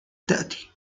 تأتي